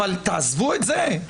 אבל תעזבו את זה,